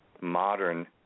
modern